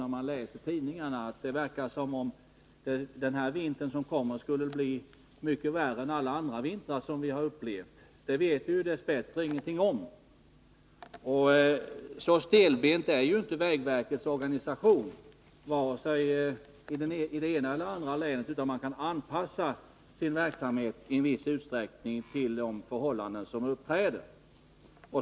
När man läser tidningarna kan man få intrycket att den vinter som kommer skulle bli mycket värre än alla andra vintrar vi har upplevt. Men det vet vi dess bättre ingenting om. Och så stelbent är inte vägverkets organisation, vare sig i det ena eller i det andra länet, att man inte i viss utsträckning kan anpassa sig till de förhållanden som uppträder.